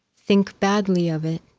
think badly of it,